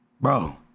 Bro